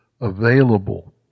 available